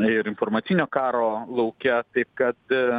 ir informacinio karo lauke taip kad